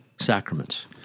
Sacraments